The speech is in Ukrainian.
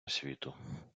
освіту